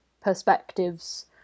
perspectives